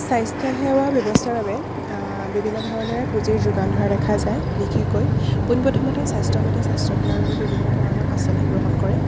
স্বাস্থ্য সেৱা ব্যৱস্থাৰ বাবে বিভিন্ন ধৰণৰে পুঁজিৰ যোগান ধৰা দেখা যায় বিশেষকৈ পোন প্ৰথমতে স্বাস্থ্য স্বাস্থ্য সেৱাৰ বাবে বিভিন্ন ধৰণৰ আঁচনি গ্ৰহণ কৰে